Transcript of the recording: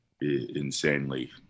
insanely